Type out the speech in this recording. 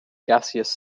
gaseous